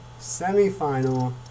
semifinal